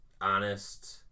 honest